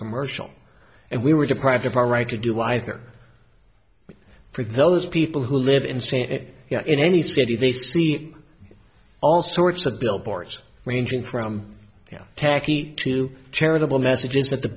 commercial and we were deprived of our right to do either for those people who live in say you know in any city they see all sorts of billboards ranging from you know tacky to charitable messages that the